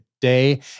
day